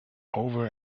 over